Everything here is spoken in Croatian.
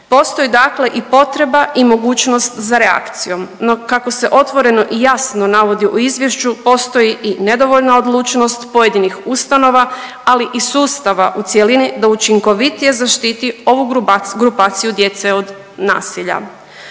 Postoji dakle i potreba i mogućnost za reakcijom, no kako se otvoreno i jasno navodi u izvješću postoji i nedovoljna odlučnost pojedinih ustanova, ali i sustava u cjelini da učinkovitije zaštiti ovu grupaciju djece od nasilja.